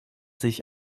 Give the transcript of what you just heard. sich